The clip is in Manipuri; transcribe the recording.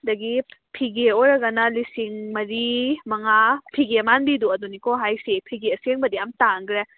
ꯑꯗꯨꯗꯒꯤ ꯐꯤꯒꯦ ꯑꯣꯏꯔꯒꯅ ꯂꯤꯁꯤꯡ ꯃꯔꯤ ꯃꯉꯥ ꯐꯤꯒꯦ ꯃꯥꯟꯕꯤꯗꯨ ꯑꯗꯨꯅꯤꯀꯣ ꯍꯥꯏꯔꯤꯁꯦ ꯐꯤꯒꯦ ꯑꯁꯦꯡꯕꯗꯤ ꯌꯥꯝ ꯇꯥꯡꯈꯔꯦ